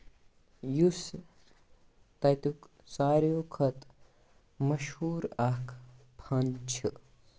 یُس تَتیُک سارِوٕے کھۄتہٕ مَشہوٗر اکھ خانہٕ چھُ